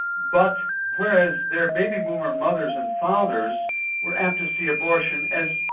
but whereas their baby boomer mothers and fathers were apt to see abortion as,